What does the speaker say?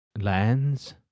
lands